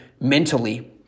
mentally